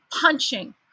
punching